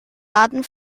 daten